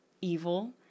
evil